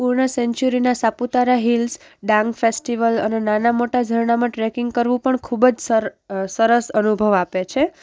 પૂર્ણા સેન્ચુરીનાં Saputara hills Dang festival અને નાનાં મોટાં ઝરણામાં ટ્રેકિંગ કરવું પણ ખૂબ જ સરસ અનુભવ આપે છે